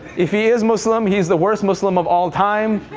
if he is muslim, he is the worst muslim of all time.